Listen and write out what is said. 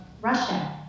Russia